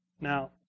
Now